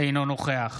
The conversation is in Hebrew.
אינו נוכח